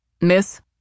Miss